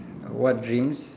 what dreams